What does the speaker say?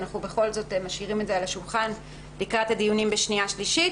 ואנחנו בכל זאת משאירים את זה על השולחן לקראת הדיונים בשנייה ושלישית.